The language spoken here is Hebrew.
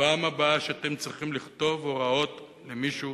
בפעם הבאה שאתם צריכים לכתוב הוראות למישהו,